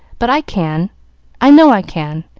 but i can i know i can,